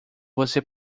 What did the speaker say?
você